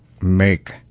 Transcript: make